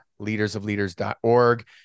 leadersofleaders.org